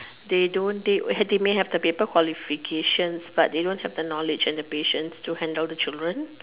they don't they they may have the paper qualifications but they don't have the knowledge and the patience to handle the children